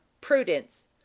prudence